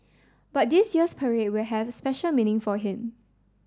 but this year's parade will have special meaning for him